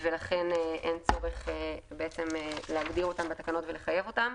ולכן אין צורך להגדיר אותם בתקנות ולחייב אותם.